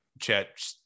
Chet